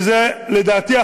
לדעתי,